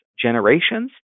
generations